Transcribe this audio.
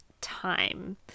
time